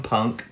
Punk